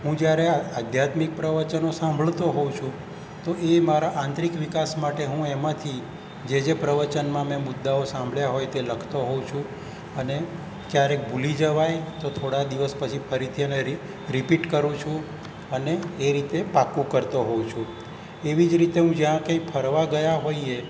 હું જ્યારે આધ્યાત્મિક પ્રવચનો સાંભળતો હોઉં છું તો એ મારા આંતરિક વિકાસ માટે હું એમાંથી જે જે પ્રવચનમાં મેં મુદ્દાઓ સાંભળ્યા હોય તે લખતો હોઉં છું અને ક્યારેક ભુલી જવાય તો થોડા દિવસ પછી ફરીથી એને રિપીટ કરું છું અને એ રીતે પાક્કું કરતો હોઉં છું એવી જ રીતે હું જયાં કંઇ ફરવા ગયા હોઇએ